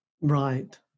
Right